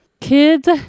Kids